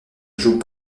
joue